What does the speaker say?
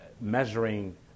measuring